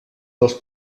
dels